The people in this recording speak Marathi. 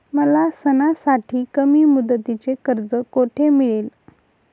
मला सणासाठी कमी मुदतीचे कर्ज कोठे मिळेल?